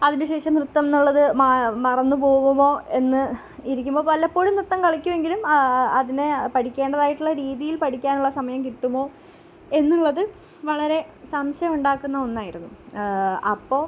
അതിന് ശേഷം നൃത്തം എന്നുള്ളത് മറന്നു പോകുമോ എന്ന് ഇരിക്കുമ്പോൾ വല്ലപ്പോഴും നൃത്തം കളിക്കുമെങ്കിലും അതിന് പഠിക്കേണ്ടതായിട്ടുള്ള രീതിയിൽ പഠിക്കാനുള്ള സമയം കിട്ടുമോ എന്നുള്ളത് വളരെ സംശയമുണ്ടാക്കുന്ന ഒന്നായിരുന്നു അപ്പോൾ